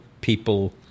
people